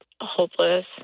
hopeless